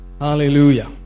Hallelujah